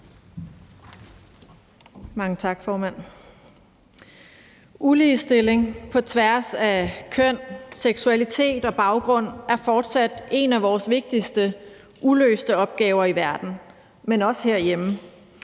Mange tak, formand. Uligestilling på tværs af køn, seksualitet og baggrund er fortsat en af vores vigtigste uløste opgaver i verden, men også herhjemme: